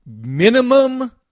Minimum